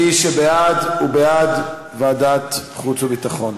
מי שבעד, הוא בעד ועדת חוץ וביטחון.